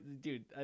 dude